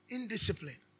Indiscipline